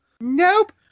Nope